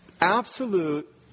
absolute